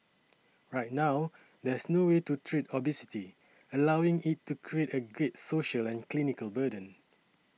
right now there's no way to treat obesity allowing it to create a great social and clinical burden